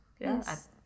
Yes